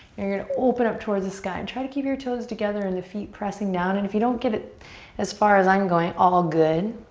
you're gonna open up towards the sky. try to keep your toes together and the feet pressing down. and if you don't get it as far as i'm going, all good.